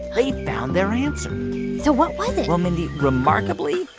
they found their answer so what was it? well, mindy, remarkably,